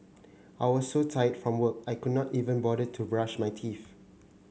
I was so tired from work I could not even bother to brush my teeth